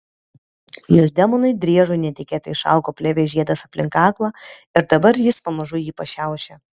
jos demonui driežui netikėtai išaugo plėvės žiedas aplink kaklą ir dabar jis pamažu jį pašiaušė